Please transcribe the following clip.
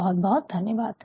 बहुत बहुत धन्यवाद्